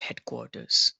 headquarters